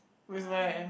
with my